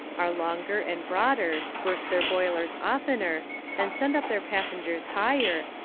are longer and broader, burst their boilers oftener and send up their passengers higher,